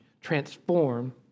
transform